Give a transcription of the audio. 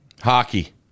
hockey